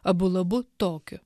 abu labu tokiu